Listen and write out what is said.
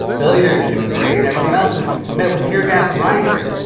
billionaires are doing great, and everyone else is met with tear gas and riot gear.